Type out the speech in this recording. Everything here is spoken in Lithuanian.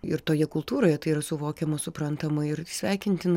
ir toje kultūroje tai yra suvokiama suprantama ir sveikintina